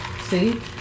See